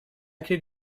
could